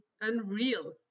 unreal